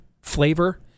flavor